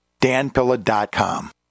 danpilla.com